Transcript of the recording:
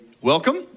welcome